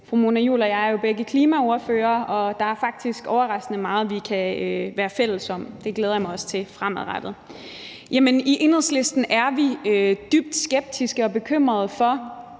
Fru Mona Juul og jeg er jo begge klimaordførere, og der er faktisk overraskende meget, vi kan være fælles om. Det glæder jeg mig også til fremadrettet. I Enhedslisten er vi dybt skeptiske og bekymrede for,